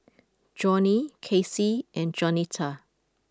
Johnny Casie and Jaunita